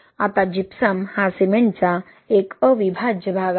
आता जिप्सम हा सिमेंटचा अविभाज्य भाग आहे